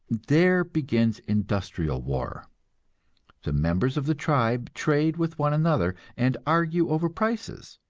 there begins industrial war the members of the tribe trade with one another, and argue over prices,